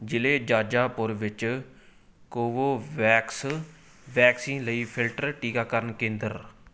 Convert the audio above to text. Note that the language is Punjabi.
ਜ਼ਿਲ੍ਹੇ ਜਾਜਾਪੁਰ ਵਿੱਚ ਕੋਵੋਵੈਕਸ ਵੈਕਸੀਨ ਲਈ ਫਿਲਟਰ ਟੀਕਾਕਰਨ ਕੇਂਦਰ